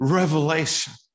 revelation